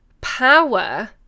power